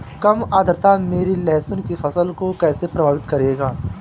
कम आर्द्रता मेरी लहसुन की फसल को कैसे प्रभावित करेगा?